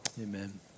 Amen